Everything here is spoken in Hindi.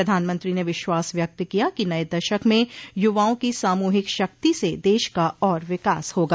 प्रधानमंत्री ने विश्वास व्यक्त किया कि नए दशक में युवाओं की सामूहिक शक्ति से देश का और विकास होगा